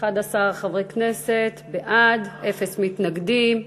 11 חברי כנסת בעד, אפס מתנגדים.